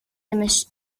image